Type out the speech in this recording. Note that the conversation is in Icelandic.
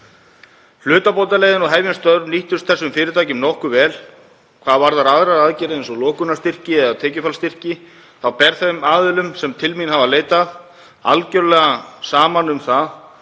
Hlutabótaleiðin og Hefjum störf nýttust þessum fyrirtækjum nokkuð vel. Hvað varðar aðrar aðgerðir eins og lokunarstyrki eða tekjufallsstyrki þá ber þeim aðilum sem til mín hafa leitað algjörlega saman um að